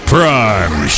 Prime